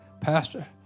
Pastor